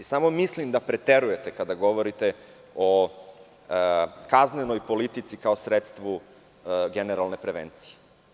Samo mislim da preterujete kada govorite o kaznenoj politici kao sredstvu generalne prevencije.